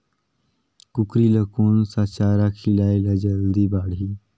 कूकरी ल कोन सा चारा खिलाय ल जल्दी बाड़ही?